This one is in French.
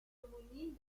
homonyme